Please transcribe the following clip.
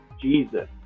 Jesus